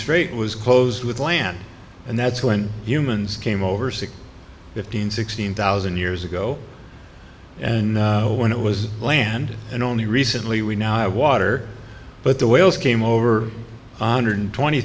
strait was closed with land and that's when humans came over six fifteen sixteen thousand years ago and when it was planned and only recently we now have water but the whales came over honored twenty